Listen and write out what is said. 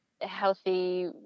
healthy